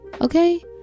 okay